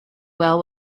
well